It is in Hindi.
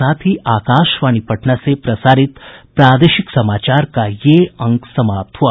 इसके साथ ही आकाशवाणी पटना से प्रसारित प्रादेशिक समाचार का ये अंक समाप्त हुआ